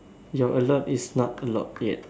your a lot is not a lot yet